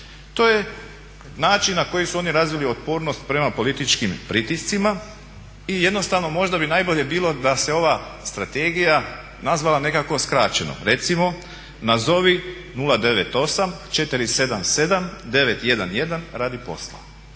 To je način na koji su oni razvili otpornost prema političkim pritiscima i jednostavno možda bi najbolje bilo da se ova strategija nazvala nekako skraćeno, recimo nazovi 098/477-911 radi posla.